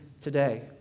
today